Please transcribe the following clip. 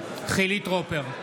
טרופר,